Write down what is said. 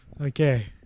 Okay